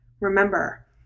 Remember